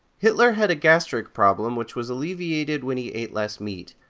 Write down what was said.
hitler had a gastric problem which was alleviated when he ate less meat.